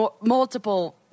multiple